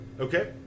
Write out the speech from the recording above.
Okay